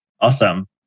Awesome